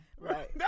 Right